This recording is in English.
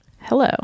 Hello